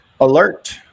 alert